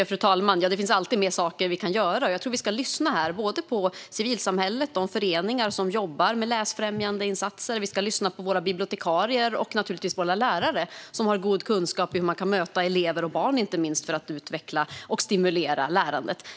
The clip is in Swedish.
Fru talman! Det finns alltid mer saker som kan göras. Vi ska lyssna på civilsamhället, de föreningar som jobbar med läsfrämjande insatser, på våra bibliotekarier och på våra lärare, som har god kunskap i att möta elever och barn för att utveckla och stimulera lärandet.